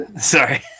sorry